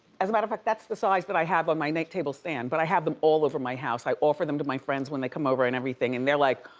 as a matter of fact, that's the size that i have on my neck table stand, but i have them all over my house. i offer them to my friends when they come over and everything, and they're like,